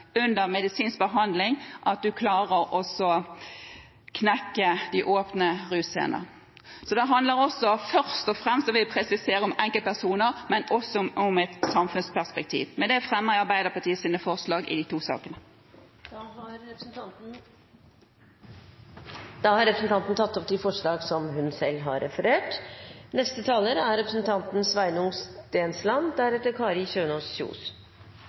under medisinsk behandling, at en også klarer å knekke de åpne russcenene. Det handler først og fremst – det vil jeg presisere – om enkeltpersoner, men også om et samfunnsperspektiv. Med dette fremmer jeg de forslagene som Arbeiderpartiet har sammen med andre partier i de to innstillingene til sakene. Representanten Ruth Grung har da tatt opp de forslagene hun